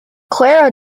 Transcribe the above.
clara